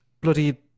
bloody